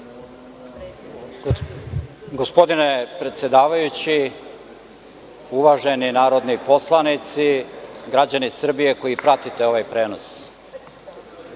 Gospodine predsedavajući, uvaženi narodni poslanici, građani Srbije koji pratite ovaj prenos,